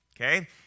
okay